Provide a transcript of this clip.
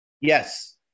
Yes